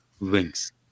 wings